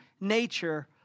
nature